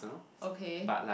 okay